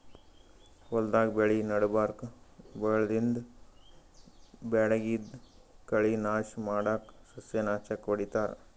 ಹೊಲ್ದಾಗ್ ಬೆಳಿ ನಡಬರ್ಕ್ ಬೆಳ್ದಿದ್ದ್ ಬ್ಯಾಡಗಿದ್ದ್ ಕಳಿ ನಾಶ್ ಮಾಡಕ್ಕ್ ಸಸ್ಯನಾಶಕ್ ಹೊಡಿತಾರ್